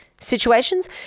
situations